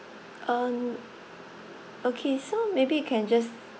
um okay so maybe you can just